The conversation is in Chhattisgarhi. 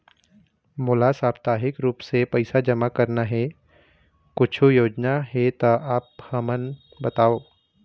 मोला साप्ताहिक रूप से पैसा जमा करना हे, कुछू योजना हे त आप हमन बताव?